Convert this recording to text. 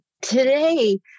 today